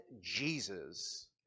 Jesus